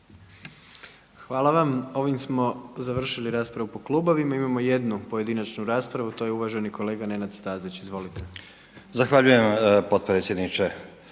Hvala vam. Ovime smo završili raspravu po klubovima. Imamo jednu pojedinačnu raspravu to je uvaženi kolega Nenad Stazić, izvolite. **Stazić, Nenad